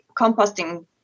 composting